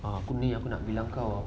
ah aku beli yang pernah bilang kau